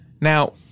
Now